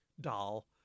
doll